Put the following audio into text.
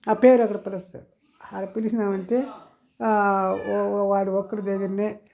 ఆ పేరు అక్కడ పిలుస్తారు అక్కడ పిలిచినావంటే వాడు ఒక్కడి పేరు మీదనే